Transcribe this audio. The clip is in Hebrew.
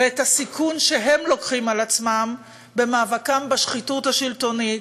ואת הסיכון שהם לוקחים על עצמם במאבקם בשחיתות השלטונית,